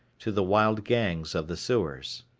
to the wild gangs of the sewers.